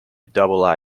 double